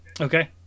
Okay